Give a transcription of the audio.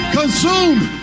consumed